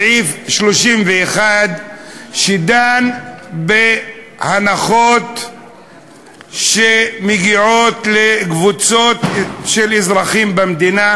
סעיף 31א דן בהנחות שמגיעות לקבוצות של אזרחים במדינה